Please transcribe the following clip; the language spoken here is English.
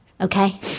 Okay